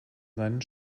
seinen